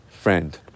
friend